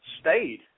stayed